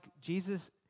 Jesus